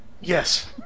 Yes